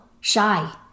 shy